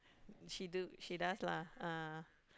she do she does lah ah